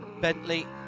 Bentley